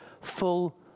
full